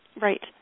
right